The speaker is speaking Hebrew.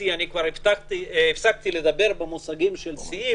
אני כבר הפסקתי לדבר במושגים של שיאים.